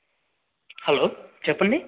hello చెప్పండి